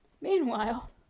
Meanwhile